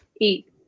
eat